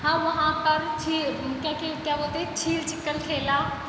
हम ने वहाँ पर छि क्या के क्या बोलते छिल छिक्कन खेला